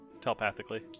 telepathically